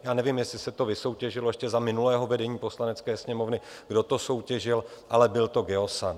Já nevím, jestli se to vysoutěžilo ještě za minulého vedení Poslanecké sněmovny, kdo to soutěžil, ale byl to Geosan.